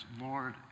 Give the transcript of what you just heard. Lord